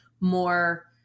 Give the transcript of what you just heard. more